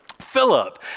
Philip